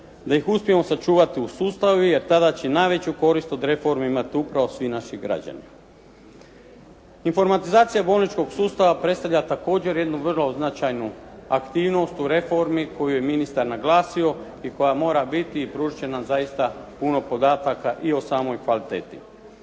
da ih uspijemo sačuvati u sustavu, jer tada će i najveću korist od reforme imati upravo svi naši građani. Informatizacija bolničkog sustava predstavlja također jednu vrlo značajnu aktivnost u reformu koju je ministar naglasio i koja mora biti i pružit će nam zaista puno podataka i o samoj kvaliteti.